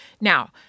Now